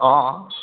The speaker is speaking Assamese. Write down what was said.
অঁ